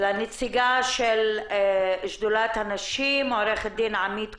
לנציגה של שדולת הנשים, עורכת הדין עמית קובו-רום.